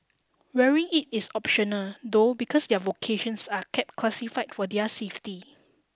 wearing it is optional though because their vocations are kept classified for their safety